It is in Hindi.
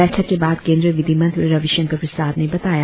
बैठक के बाद केंद्रीय विधि मंत्री रविशंकर प्रसाद ने बताया